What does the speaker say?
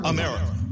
America